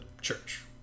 church